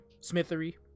smithery